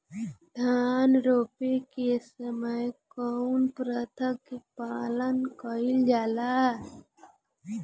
धान रोपे के समय कउन प्रथा की पालन कइल जाला?